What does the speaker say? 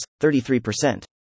33%